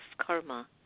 karma